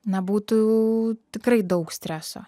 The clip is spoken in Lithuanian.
na būtų tikrai daug streso